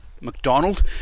McDonald